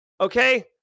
Okay